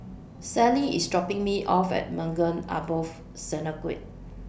Sally IS dropping Me off At Maghain Aboth Synagogue